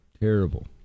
Terrible